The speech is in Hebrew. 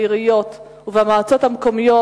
בעיריות ובמועצות המקומיות,